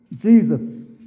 Jesus